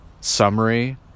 summary